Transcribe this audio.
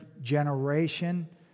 generation